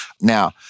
Now